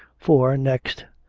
for, next,